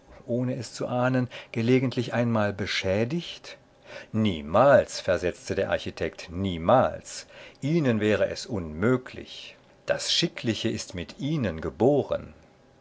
ohne es zu ahnen gelegentlich einmal beschädigt niemals versetzte der architekt niemals ihnen wäre es unmöglich das schickliche ist mit ihnen geboren